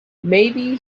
maybe